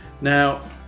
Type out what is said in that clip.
now